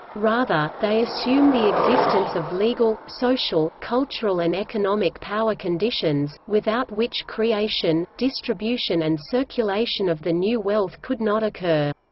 rather, they assume the existence of legal, social, cultural and economic power conditions, without which creation, distribution and circulation of the new wealth could not occur.